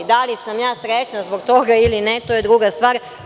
Da li sam ja srećna zbog toga ili ne, to je druga stvar.